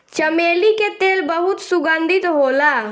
चमेली के तेल बहुत सुगंधित होला